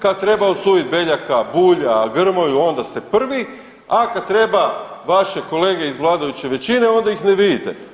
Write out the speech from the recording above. Kad treba osuditi Beljaka, Bulja, Grmoju, onda ste prvi, a kad treba vaše kolege iz vladajuće većine, onda ih ne vidite.